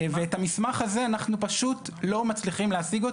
את המסמך הזה אנחנו פשוט לא מצליחים להשיג.